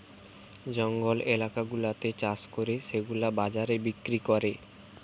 জঙ্গল এলাকা গুলাতে চাষ করে সেগুলা বাজারে বিক্রি করে